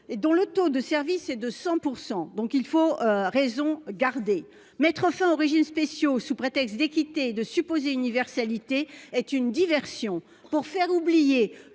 et le taux de service est de 100 %: il faut donc savoir raison garder. Mettre fin aux régimes spéciaux sous prétexte d'équité et d'une prétendue universalité est une diversion, pour faire oublier